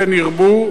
כן ירבו,